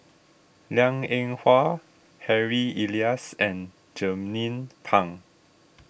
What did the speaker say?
Liang Eng Hwa Harry Elias and Jernnine Pang